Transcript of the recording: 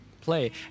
play